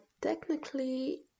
technically